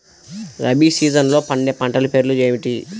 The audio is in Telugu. రబీ సీజన్లో పండే పంటల పేర్లు ఏమిటి?